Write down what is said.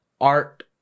art